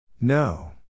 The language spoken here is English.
No